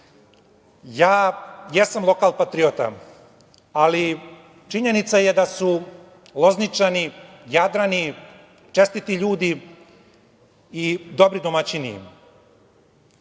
jesam lokalpatriota, ali činjenica je da su Lozničani, Jadrani čestiti ljudi i dobri domaćini.